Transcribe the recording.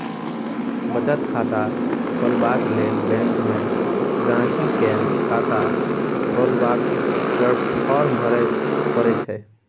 बचत खाता खोलबाक लेल बैंक मे गांहिकी केँ खाता खोलबाक फार्म भरय परय छै